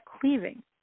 cleaving